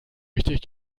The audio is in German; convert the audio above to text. richtig